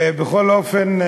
בכל אופן,